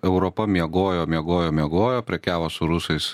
europa miegojo miegojo miegojo prekiavo su rusais